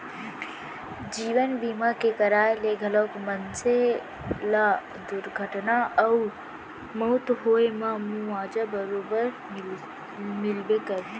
जीवन बीमा के कराय ले घलौक मनसे ल दुरघटना अउ मउत होए म मुवाजा बरोबर मिलबे करथे